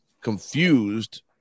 confused